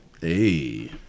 Hey